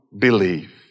believe